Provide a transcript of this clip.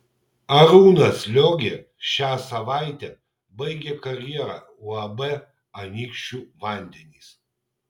arūnas liogė šią savaitę baigė karjerą uab anykščių vandenys